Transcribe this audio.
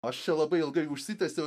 aš čia labai ilgai užsitęsiau